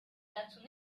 dazu